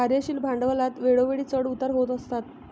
कार्यशील भांडवलात वेळोवेळी चढ उतार होत असतात